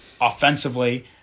offensively